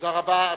תודה רבה.